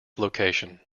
location